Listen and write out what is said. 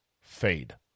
fade